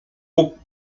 puk